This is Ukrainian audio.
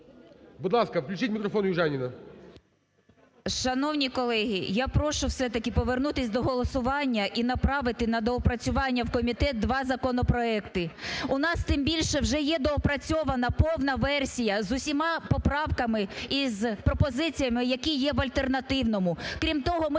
Будь ласка, включіть мікрофон Южаніній.